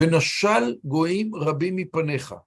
ונשל גויים רבים מפניך.